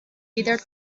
jeder